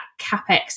capex